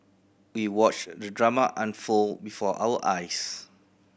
we watched the drama unfold before our eyes